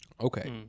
Okay